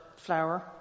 flour